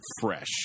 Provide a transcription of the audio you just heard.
fresh